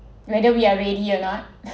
whether we are ready or not